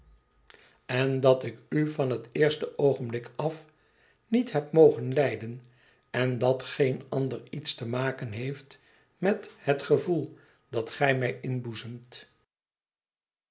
en dat ik u van het eerste oogenblik af niet heb mogen lijden en dat geen ander iets te maken heeft met bet gevoel dat gij mij